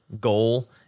goal